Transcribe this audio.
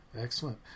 Excellent